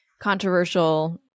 controversial